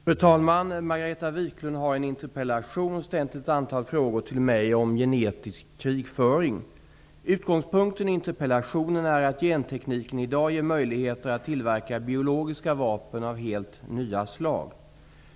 Fru talman! Margareta Viklund har i en interpellation ställt ett antal frågor till mig om genetisk krigföring. Utgångspunkten i interpellationen är att gentekniken i dag ger möjligheter att tillverka biologiska vapen av helt nya slag.